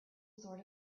sort